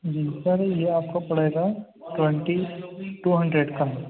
جی sir یہ آپ کو پڑے گا ٹوینٹی ٹو ہینڈریڈ کا